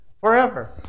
forever